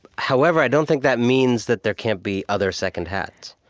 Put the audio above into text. however, i don't think that means that there can't be other second hats.